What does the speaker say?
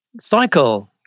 cycle